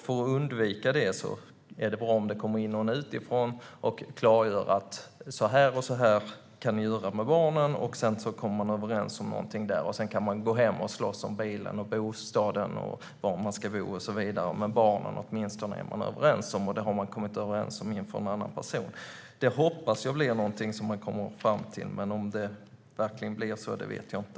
För att undvika det är det bra om det kommer in någon utifrån och klargör hur man kan göra med barnen. Då kommer man överens om någonting, och sedan kan man gå hem och slåss om bilen, bostaden, var man ska bo och så vidare. Men barnen är man åtminstone överens om, och dem har man kommit överens om inför en annan person. Jag hoppas att det blir någonting man kommer fram till, men om det verkligen blir så vet jag inte.